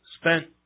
spent